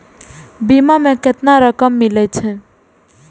बीमा में केतना रकम मिले छै?